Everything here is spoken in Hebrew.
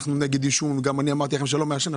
וגם אמרתי לכם שאני נגד עישון ואני לא מעשן.